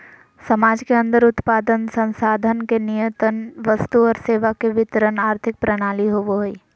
समाज के अन्दर उत्पादन, संसाधन के नियतन वस्तु और सेवा के वितरण आर्थिक प्रणाली होवो हइ